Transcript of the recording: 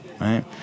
right